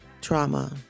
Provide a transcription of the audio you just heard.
trauma